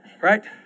right